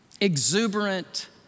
exuberant